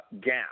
gap